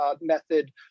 method